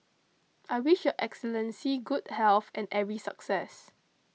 I wish Your Excellency good health and every success